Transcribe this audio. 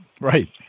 Right